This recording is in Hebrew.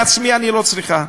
לעצמי אני לא צריכה,